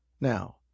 Now